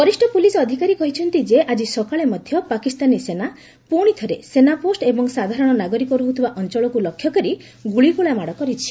ବରିଷ୍ଠ ପୁଲିସ ଅଧିକାରୀ କହିଛନ୍ତି ଯେ ଆଜି ସକାଳେ ମଧ୍ୟ ପାକିସ୍ତାନୀ ସେନା ପୁଣିଥରେ ସେନାପୋଷ୍ଟ ଏବଂ ସାଧାରଣ ନାଗରିକ ରହୁଥିବା ଅଞ୍ଚଳକୁ ଲକ୍ଷ୍ୟକରି ଗୁଳିଗୋଳା ମାଡ଼ ଆରମ୍ଭ କରିଛି